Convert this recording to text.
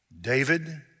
David